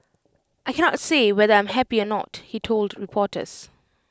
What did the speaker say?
I cannot say whether I'm happy or not he told reporters